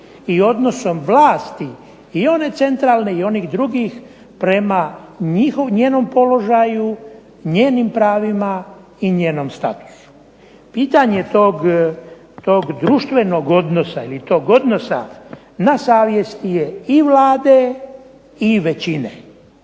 i odnosom vlasti i one centralne i onih drugih prema njenom položaju, njenim pravima i njenom statusu. Pitanje je tog društvenog odnosa ili tog odnosa na savjest je i Vlade i većine.